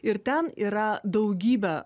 ir ten yra daugybę